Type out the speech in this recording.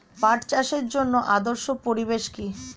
পাট চাষের জন্য আদর্শ পরিবেশ কি?